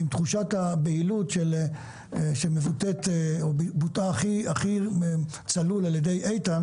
ועם תחושת הבהילות שבוטאה באופן הכי צלול על ידי איתן